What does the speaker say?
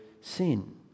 sin